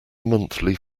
monthly